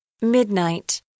Midnight